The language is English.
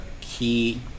key